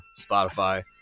Spotify